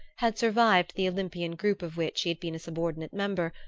had survived the olympian group of which he had been a subordinate member,